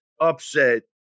upset